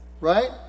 right